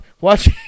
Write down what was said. watch